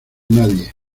nadie